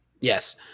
Yes